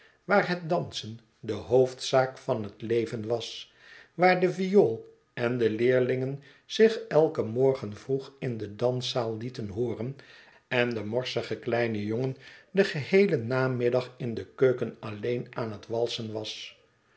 waar het dansen de hoofdzaak van het leven was waar de viool en de leerlingen zich el ken morgen vroeg in de danszaal lieten hooren en de morsige kleine jongen den geheelen namiddag in de keuken alleen aan het walsen was